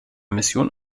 mission